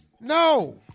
No